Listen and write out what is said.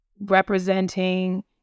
representing